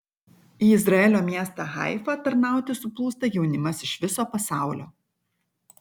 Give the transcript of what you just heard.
į izraelio miestą haifą tarnauti suplūsta jaunimas iš viso pasaulio